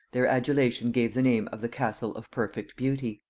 their adulation gave the name of the castle of perfect beauty.